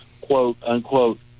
quote-unquote